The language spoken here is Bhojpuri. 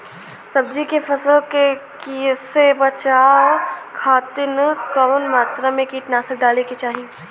सब्जी के फसल के कियेसे बचाव खातिन कवन मात्रा में कीटनाशक डाले के चाही?